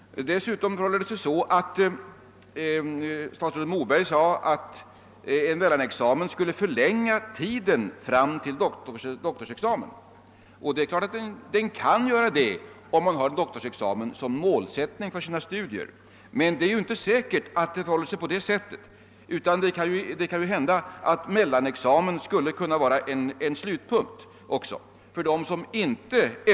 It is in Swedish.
Statsrådet Moberg sade att en mellanexamen skulle förlänga tiden fram till doktorsexamen. Det kan den naturligtvis göra om man har doktorsexamen som målsättning för sina studier. Men det är inte säkert att det förhåller sig så — det kan hända att mellanexamen också skulle kunna vara en slutpunkt.